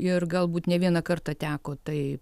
ir galbūt ne vieną kartą teko tai